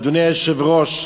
אדוני היושב-ראש,